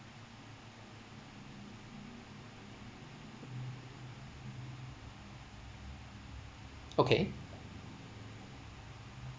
okay